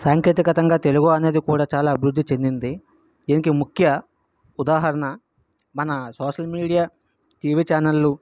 సాంకేతికతంగా తెలుగు అనేది కూడా చాలా అభివృద్ధి చెందింది దీనికి ముఖ్య ఉదాహరణ మన సోషల్ మీడియా టీవీ ఛానళ్ళు